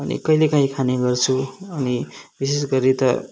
अनि कहिले काहीँ खाने गर्छु अनि विशेष गरी त